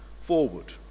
forward